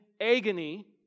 agony